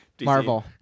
Marvel